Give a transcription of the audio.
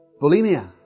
Bulimia